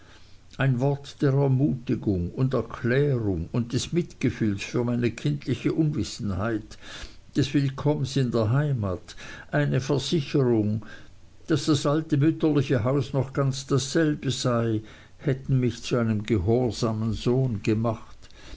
ein wort der ermutigung und erklärung und des mitgefühls für meine kindliche unwissenheit des willkomms in der heimat eine versicherung daß das alte mütterliche haus noch ganz dasselbe sei hätten mich zu einem gehorsamen sohn gemacht